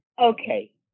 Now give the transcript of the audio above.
Okay